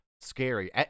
scary